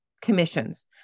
commissions